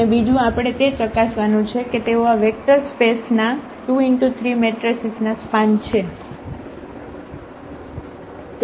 અને બીજું આપણે તે ચકાસવાનું છે કે તેઓ આ વેક્ટર સ્પેસ ના 23 મેટ્રેસીસ ના સ્પાન છે